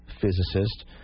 physicist